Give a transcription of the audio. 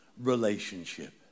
relationship